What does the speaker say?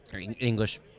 English